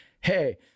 Hey